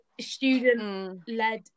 student-led